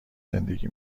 زندگی